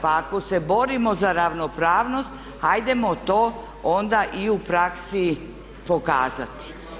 Pa ako se borimo za ravnopravnost hajdemo to onda i u praksi pokazati.